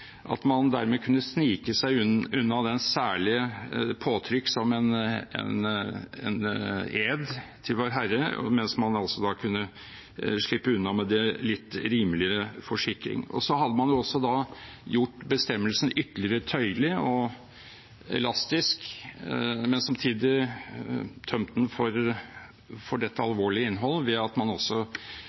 at man dermed kunne snike seg unna det særlige påtrykk som en ed til Vår Herre var, mens man altså da kunne slippe unna med en litt rimeligere forsikring. Man hadde også da gjort bestemmelsen ytterligere tøyelig og elastisk, men samtidig tømt den for dette alvorlige innhold ved at man også